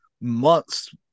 months